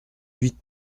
huit